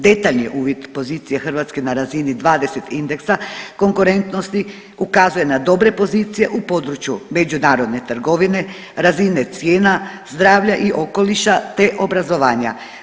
Detaljan uvid pozicije Hrvatske na razini 20 indeksa konkurentnosti ukazuje na dobre pozicije u području međunarodne trgovine, razine cijena, zdravlja i okoliša te obrazovanja.